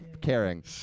caring